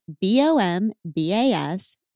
B-O-M-B-A-S